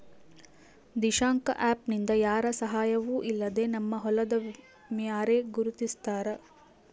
Dishank app ನಿಂದ ಯಾರ ಸಹಾಯವೂ ಇಲ್ಲದೆ ನಮ್ಮ ಹೊಲದ ಮ್ಯಾರೆ ಗುರುತಿಸ್ತಾರ